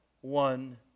one